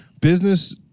business